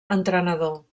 entrenador